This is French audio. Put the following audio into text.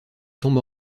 tombe